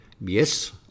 Yes